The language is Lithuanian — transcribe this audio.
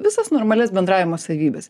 visas normalias bendravimo savybes